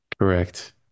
Correct